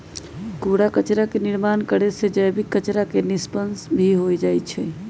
कूड़ा कचरा के निर्माण करे से जैविक कचरा के निष्पन्न भी हो जाहई